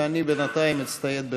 ואני בינתיים אצטייד ברשימה.